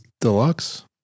deluxe